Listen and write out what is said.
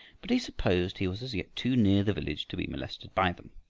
but he supposed he was as yet too near the village to be molested by them.